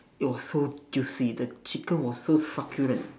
it was so juicy the chicken was so succulent